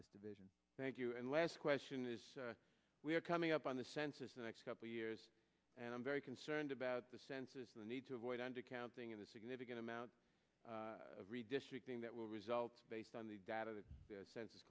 this division thank you and last question is we're coming up on the census the next couple years and i'm very concerned about the census the need to avoid undercounting of a significant amount of redistricting that will result based on the data